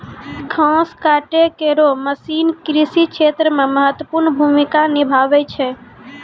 घास काटै केरो मसीन कृषि क्षेत्र मे महत्वपूर्ण भूमिका निभावै छै